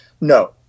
No